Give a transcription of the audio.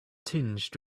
tinged